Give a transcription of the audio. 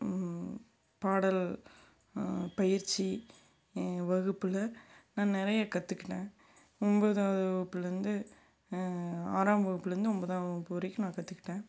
பாடல் பயிற்சி வகுப்பில் நான் நிறைய கற்றுக்கிட்டேன் ஒன்போதாவது வகுப்பிலேருந்து ஆறாம் வகுப்பிலேருந்து ஒம்பதாம் வகுப்பு வரைக்கும் நான் கற்றுக்கிட்டேன்